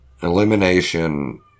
elimination